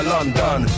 London